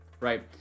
Right